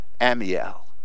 Amiel